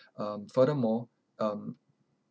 um furthermore um